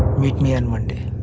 meet me on monday.